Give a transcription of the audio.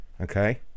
Okay